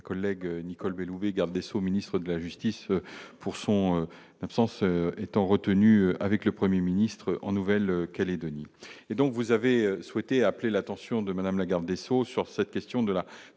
collègue Nicole Belloubet Garde des Sceaux ministre de la justice pour son absence étant retenu avec le 1er ministre en Nouvelle Calédonie et donc vous avez souhaité appeler l'attention de Madame la Garde des Sceaux sur cette question de la